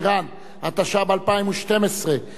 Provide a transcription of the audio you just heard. בקריאה שלישית, נא להצביע.